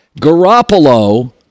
Garoppolo